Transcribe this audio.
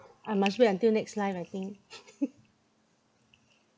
I must wait until next life I think